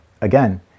again